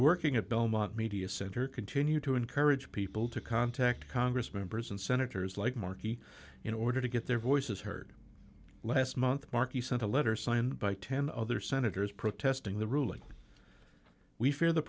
working at belmont media center continue to encourage people to contact congress members and senators like markey in order to get their voices heard last month markey sent a letter signed by ten other senators protesting the ruling we f